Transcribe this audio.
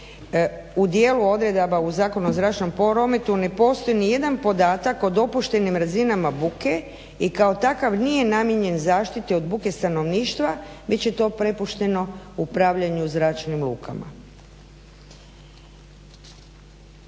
u dijelu odredaba u Zakonu o zračnom prometu ne postoji nijedan podatak o dopuštenim razinama buke i kao takav nije namijenjen zaštiti od buke stanovništva, već je to prepušteno upravljanju zračnim lukama.